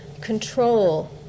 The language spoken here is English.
control